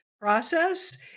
process